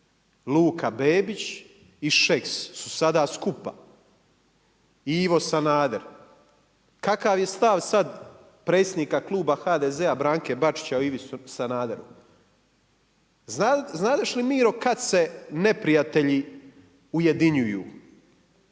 Luka Bebić i Šeks su sada skupa i Ivo Sanader. Kakav je stav sad predsjednika Kluba HDZ-a Branke Bačića o Ivi Sanaderu. Znadeš li Miro, kad se neprijatelji ujedinjuju?